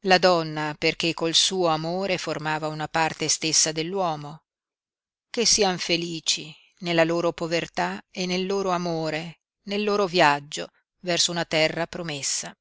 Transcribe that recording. la donna perché col suo amore formava una parte stessa dell'uomo che siano felici nella loro povertà e nel loro amore nel loro viaggio verso una terra promessa